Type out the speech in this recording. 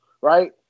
Right